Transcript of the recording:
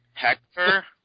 Hector